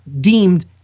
deemed